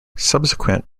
subsequent